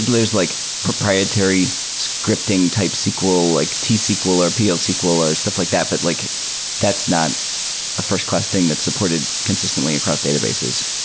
there's like proprietary scripting type sql like tsql or plsql or stuff like that, but like that's not a fi rst-class thing that's supported consistently across databases.